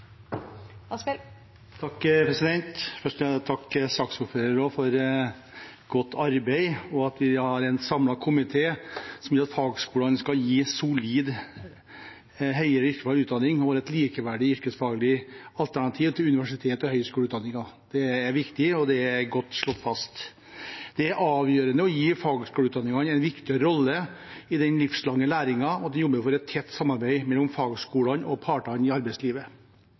Først vil jeg takke saksordføreren for godt arbeid og for at en samlet komité vil at fagskolene skal gi solid høyere yrkesfaglig utdanning og et likeverdig yrkesfaglig alternativ til universitets- og høyskoleutdanningen. Det er viktig, og det er godt slått fast. Det er avgjørende å gi fagskoleutdanningene en viktig rolle i den livslange læringen og at en jobber for et tett samarbeid mellom fagskolene og partene i arbeidslivet.